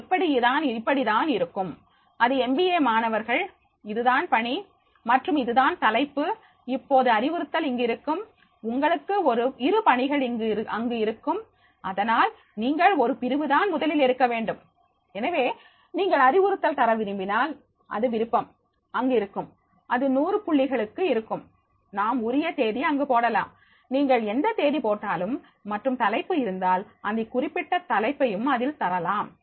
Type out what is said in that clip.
அது இப்படி தான் இருக்கும் அது எம்பிஏ மாணவர்கள் இதுதான் பணி மற்றும் இதுதான் தலைப்பு இப்போது அறிவுறுத்தல் அங்கு இருக்கும் உங்களுக்கு இரு பணிகள் அங்கு இருக்கும் ஆனால் நீங்கள் ஒரு பிரிவுதான் முதலில் எடுக்க வேண்டும் எனவே நீங்கள் அறிவுறுத்தல் தர விரும்பினால் அது விருப்பம் அங்கிருக்கும் அது 100 புள்ளிகளுக்கு இருக்கும் நாம் உரிய தேதி அங்கு போடலாம் நீங்கள் எந்த தேதி போட்டாலும் மற்றும் தலைப்பு இருந்தால் அந்த குறிப்பிட்ட தலைப்பையும் அதில் தரலாம்